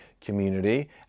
community